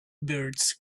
birds